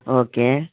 okay